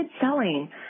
selling